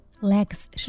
Legs